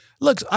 Look